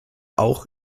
auch